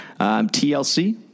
TLC